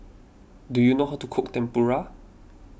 do you know how to cook Tempura